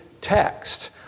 text